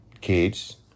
kids